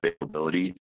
availability